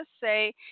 say